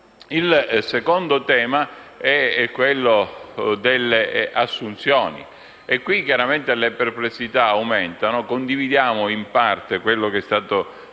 Il secondo tema è quello delle assunzioni, in relazione al quale le perplessità aumentano. Condividiamo in parte quello che è stato